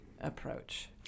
approach